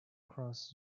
cross